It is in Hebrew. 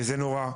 זה נורא,